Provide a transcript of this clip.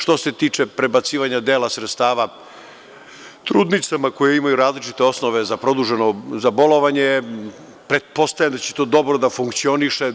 Što se tiče prebacivanja dela sredstava trudnicama koje imaju različite osnove za bolovanje, pretpostavljam da će to dobro da funkcioniše.